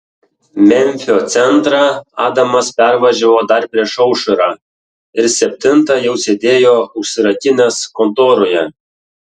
memfio centrą adamas pervažiavo dar prieš aušrą ir septintą jau sėdėjo užsirakinęs kontoroje